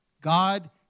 God